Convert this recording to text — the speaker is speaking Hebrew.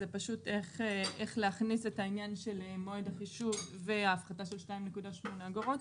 זה פשוט איך להכניס את עניין מועד החישוב וההפחתה של 2.8 אגורות